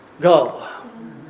go